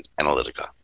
Analytica